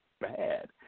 bad